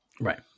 Right